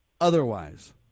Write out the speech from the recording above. otherwise